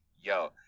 yo